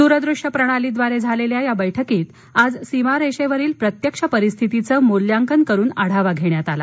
द्रदृश्य प्रणालीद्वारे झालेल्या या बैठकीत आज सीमारेषेवरील प्रत्यक्ष परिस्थितीचं मूल्यांकन करून आढावा घेण्यात आला